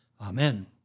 Amen